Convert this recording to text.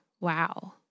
wow